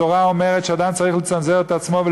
התורה אומרת שאדם צריך לצנזר את עצמו: